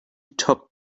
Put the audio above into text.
top